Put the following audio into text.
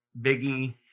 Biggie